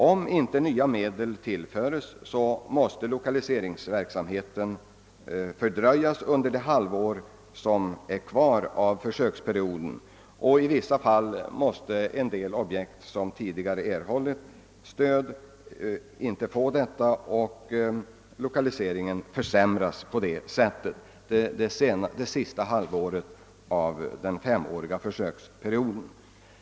Om inte nya medel tillföres, måste lokaliseringsverksamheten fördröjas under det halvår, som är kvar av försöksperioden. Det finns en uppenbar risk för att i vissa fall måste en del objekt som tidigare erhållit stöd gå miste om detta, varigenom lokaliseringen försämras under det sista halvåret av den femåriga försöksperioden, enligt utskottets förslag.